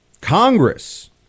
Congress